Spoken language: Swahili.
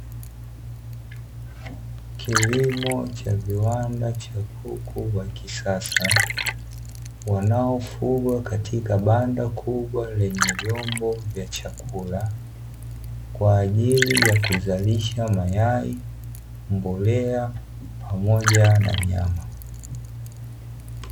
Kilimo cha viwanda cha kuku wa kisasa, wanaofugwa katika banda kubwa lenye vyombo vya chakula, kwa ajili ya kuzalisha: mayai, mbolea pamoja na nyama.